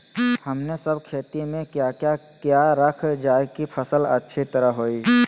हमने सब खेती में क्या क्या किया रखा जाए की फसल अच्छी तरह होई?